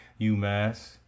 UMass